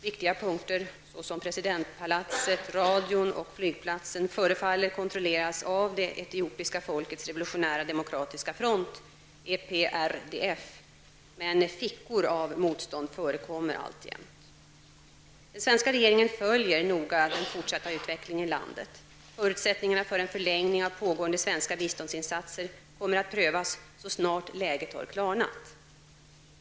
Viktiga punkter såsom presidentpalatset, radion och flygplatsen förefaller att kontrolleras av det Etiopiska folkets revolutionära demokratiska front , men fickor av motstånd förekommer alltjämt. Den svenska regeringen följer noga den fortsatta utvecklingen i landet. Förutsättningarna för en förlängning av pågående svenska biståndsinsatser kommer att prövas så snart läget har klarnat.